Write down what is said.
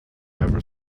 ever